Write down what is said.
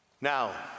Now